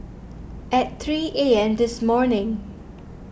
at three A M this morning